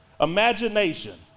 Imagination